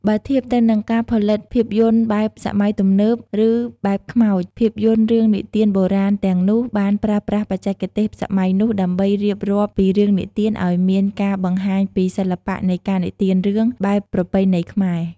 បើធៀបទៅនឹងការផលិតភាពយន្តបែបសម័យទំនើប ឬបែបខ្មោច ភាពយន្តរឿងនិទានបុរាណទាំងនោះបានប្រើប្រាស់បច្ចេកទេសសម័យនោះដើម្បីរៀបរាប់ពីរឿងនិទានឲ្យមានការបង្ហាញពីសិល្បៈនៃការនិទានរឿងបែបប្រពៃណីខ្មែរ។